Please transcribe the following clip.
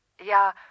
Ja